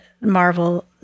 Marvel